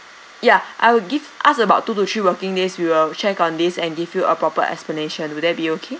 yeah I will give us about two to three working days we will check on this and give you a proper explanation would that be okay